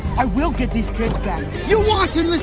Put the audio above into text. i will get these kids back. you want